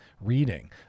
reading